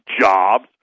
jobs